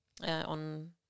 On